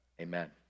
amen